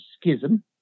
schism